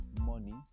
money